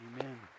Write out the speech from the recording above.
Amen